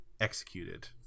executed